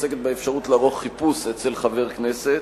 עוסקת באפשרות לערוך חיפוש אצל חבר כנסת.